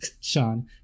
Sean